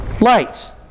lights